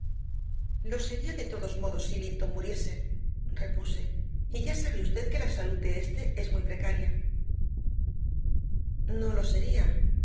lo sería de todos modos si linton muriese repuse y ya sabe usted que la salud de éste es muy precaria no lo sería